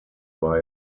war